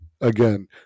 again